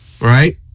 right